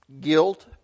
guilt